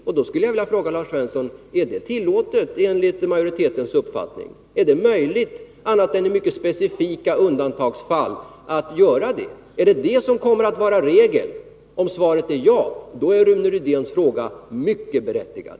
Då skulle jag vilja fråga Lars Svensson: Är det tillåtet, enligt majoritetens uppfattning? Är det möjligt, annat än i mycket specifika undantagsfall, att göra det? Är det detta som kommer att vara regel? Om svaret är ja, då är Rune Rydéns fråga mycket berättigad.